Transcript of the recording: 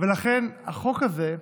ולכן החוק הזה,